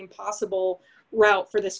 impossible route for this